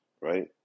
right